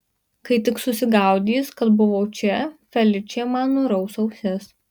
kai tik susigaudys kad buvau čia feličė man nuraus ausis